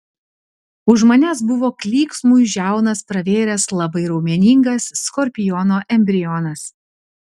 už manęs buvo klyksmui žiaunas pravėręs labai raumeningas skorpiono embrionas